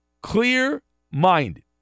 clear-minded